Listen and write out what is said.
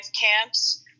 camps